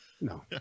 No